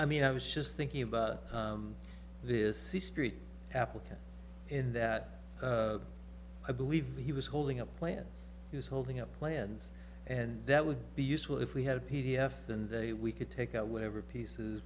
i mean i was just thinking about this sister applicant in that i believe he was holding a plant he was holding up plans and that would be useful if we had a p d f then they we could take out whatever pieces